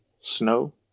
Snow